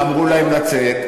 אמרו להם לצאת.